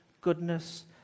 goodness